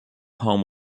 home